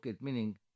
meaning